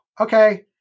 okay